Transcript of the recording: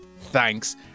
thanks